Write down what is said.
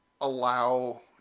allow